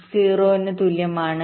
ന് തുല്യമാണ്